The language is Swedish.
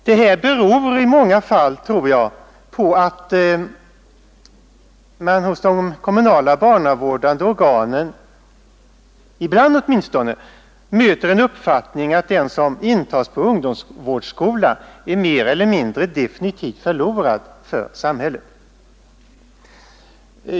Det här beror i många fall, tror jag, på att de kommunala barnavårdande organen — ibland åtminstone — hyser uppfattningen att den som intas på ungdomsvårdsskola är mer eller mindre definitivt förlorad för samhället.